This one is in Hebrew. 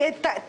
הכסף.